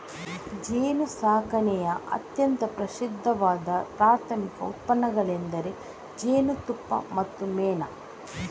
ಜೇನುಸಾಕಣೆಯ ಅತ್ಯಂತ ಪ್ರಸಿದ್ಧವಾದ ಪ್ರಾಥಮಿಕ ಉತ್ಪನ್ನಗಳೆಂದರೆ ಜೇನುತುಪ್ಪ ಮತ್ತು ಮೇಣ